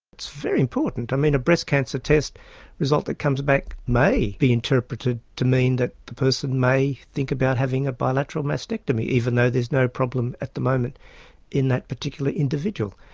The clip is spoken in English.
it's very important. i mean a breast cancer test result that comes back may be interpreted to mean that the person may think about having a bilateral mastectomy even though there's no problem at the moment in that particular individual.